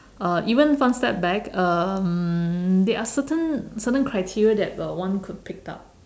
uh even fun step back um there are certain certain criteria that uh one could pick up